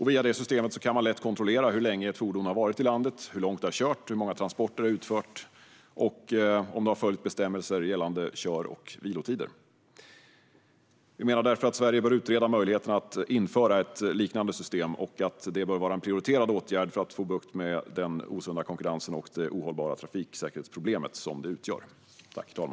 Via detta system kan man lätt kontrollera hur länge ett fordon har varit i landet, hur långt det har kört, hur många transporter det har utfört och om det har följt bestämmelser gällande kör och vilotider. Vi menar därför att Sverige bör utreda möjligheterna att införa ett liknande system och att det bör vara en prioriterad åtgärd för att få bukt med den osunda konkurrensen och det ohållbara trafiksäkerhetsproblem som detta utgör.